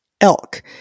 elk